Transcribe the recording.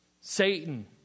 Satan